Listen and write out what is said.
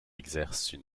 exercent